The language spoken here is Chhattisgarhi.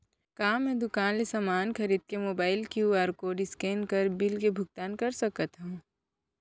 का मैं दुकान ले समान खरीद के मोबाइल क्यू.आर कोड स्कैन कर बिल के भुगतान कर सकथव?